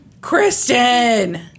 Kristen